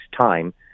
time